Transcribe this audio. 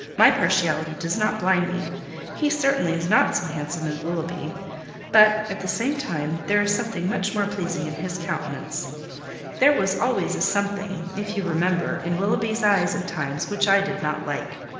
my partiality does not blind me he certainly is not so handsome as willoughby but at the same time, there is something much more pleasing in his countenance there was always a something if you remember in willoughby's eyes at times, which i did not like.